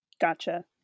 Gotcha